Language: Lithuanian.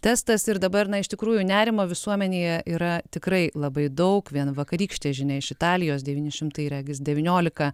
testas ir dabar na iš tikrųjų nerimo visuomenėje yra tikrai labai daug vien vakarykštė žinia iš italijos devyni šimtai regis devyniolika